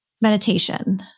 meditation